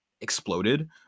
exploded